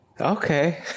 Okay